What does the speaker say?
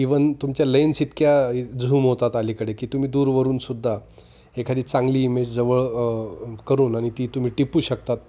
even तुमच्या lens इतक्या zoom होतात आलीकडे की तुम्ही दूरवरून सुद्धा एखादी चांगली इमेज जवळ करून आणि ती तुम्ही टिपू शकतात